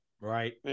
Right